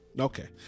Okay